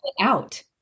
out